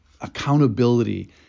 accountability